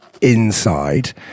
inside